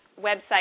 website